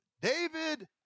David